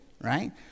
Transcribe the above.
right